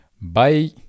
Bye